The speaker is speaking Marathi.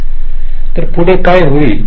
तर पुढे काय होईल हे या उदाहरणात पाहू या